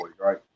right